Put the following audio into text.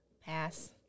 pass